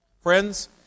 Friends